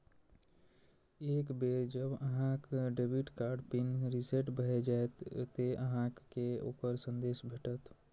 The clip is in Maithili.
एक बेर जब अहांक डेबिट कार्ड पिन रीसेट भए जाएत, ते अहांक कें ओकर संदेश भेटत